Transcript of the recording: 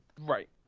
Right